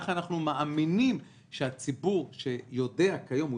ככה אנחנו מאמינים שהציבור שיודע כיום הוא